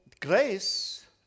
grace